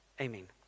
Amen